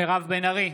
מירב בן ארי,